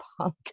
punk